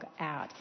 out